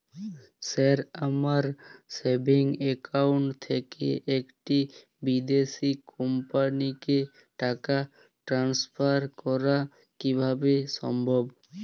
Sir আমার savings account থেকে একটি বিদেশি কোম্পানিকে টাকা ট্রান্সফার করা কীভাবে সম্ভব?